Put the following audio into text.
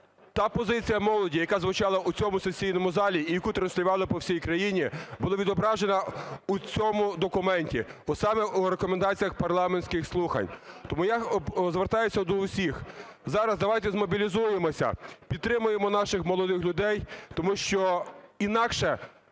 та позиція молоді, яка звучала в цьому сесійному залі і яку транслювали по всій країні, була відображена в цьому документі – саме в рекомендаціях парламентських слухань. Тому я звертаюсь до всіх, зараз давайте змобілізуємося, підтримаємо наших молодих людей, тому що інакше